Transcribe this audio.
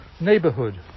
neighborhood